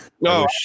no